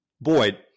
Boyd